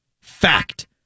Fact